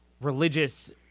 religious